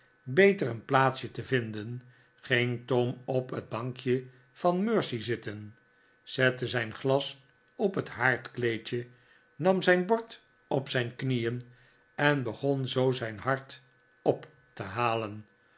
beter een plaatsje te vinden ging tom op het bankje van mercy zitten zette zijn glas op het haardkleedje nam zijn bord op zijn knieen en begon zoo zijn hart op te halen